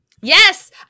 Yes